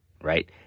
right